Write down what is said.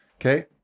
Okay